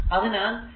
അതിനാൽ ഇത് pdwdt